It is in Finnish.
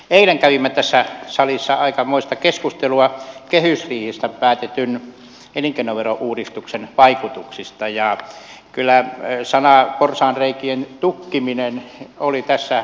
eilen kävimme tässä salissa aikamoista keskustelua kehysriihessä päätetyn elinkeinoverouudistuksen vaikutuksista ja kyllä sanat porsaanreikien tukkiminen olivat tässä hyvin esillä